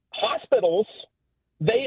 hospitals—they